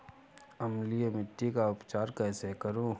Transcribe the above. अम्लीय मिट्टी का उपचार कैसे करूँ?